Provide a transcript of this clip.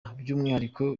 by’umwihariko